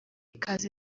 ikaze